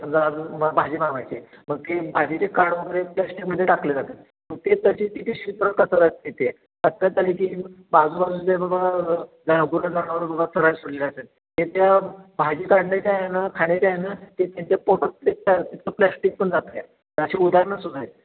समजा अजून मग भाजी बनवायची आहे मग ते भाजीची वगैरे प्लॅश्टिकमध्ये टाकले जातात मग ते तशी ती पिशवी सरळ कचऱ्यात कचऱ्यात बाजूबाजूच्या बाबा गुरं जनावरं चराय सोडली जातात ते त्या भाजी काढण्याच्या ह्याने खाण्याच्या ह्याने ते त्यांच्या पोटात प्लॅस्टिक पण जात आहे अशी उदाहरणंसुद्धा हायत